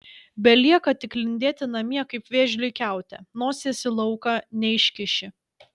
belieka tik lindėti namie kaip vėžliui kiaute nosies į lauką neiškiši